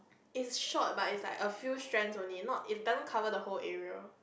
is short but is like a few fringe only not it didn't cover the whole area